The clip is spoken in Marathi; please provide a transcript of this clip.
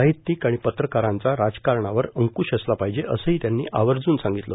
साहित्यिक आणि पत्रकारांचा राजकारणावर अंकृश असला पाहिजे असं ही त्यांनी आवर्ज्न सांगितलं